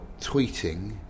tweeting